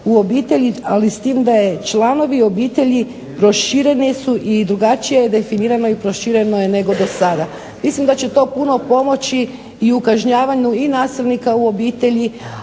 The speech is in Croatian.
u obitelji. Ali s tim da je članovi obitelji prošireni su i drugačije definirano i prošireno je nego do sada. Mislim da će to puno pomoći i u kažnjavanju i nasilnika u obitelji